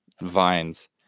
vines